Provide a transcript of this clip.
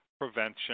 prevention